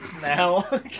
now